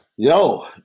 Yo